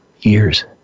years